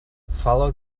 follow